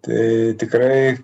tai tikrai